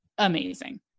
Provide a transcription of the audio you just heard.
amazing